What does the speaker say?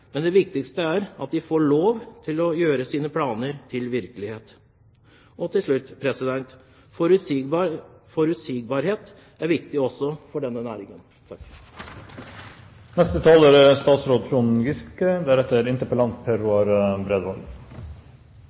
men det viktigste er at de får lov til å gjøre sine planer til virkelighet. Til slutt: Forutsigbarhet er viktig også for denne næringen.